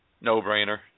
No-brainer